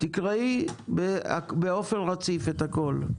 תקראי באופן רציף את הכל.